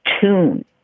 tune